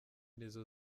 nizo